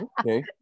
Okay